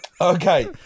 Okay